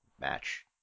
match